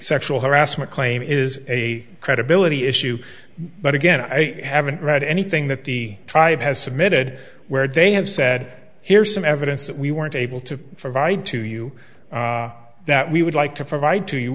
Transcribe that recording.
sexual harassment claim is a credibility issue but again i haven't read anything that the tribe has submitted where they have said here's some evidence that we weren't able to provide to you that we would like to provide to you